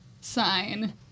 sign